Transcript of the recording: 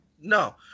no